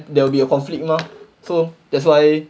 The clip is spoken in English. also zero then there will be a conflict mah so that's why